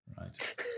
right